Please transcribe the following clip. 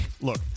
look